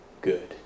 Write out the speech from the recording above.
good